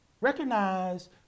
Recognize